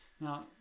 Now